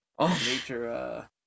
Nature